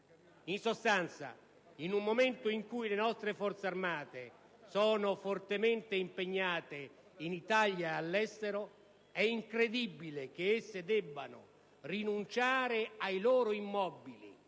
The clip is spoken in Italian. In sostanza, in un momento in cui le nostre Forze armate sono fortemente impegnate in Italia e all'estero, è incredibile che esse debbano rinunciare ai loro immobili,